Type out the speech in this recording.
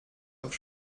auf